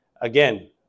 Again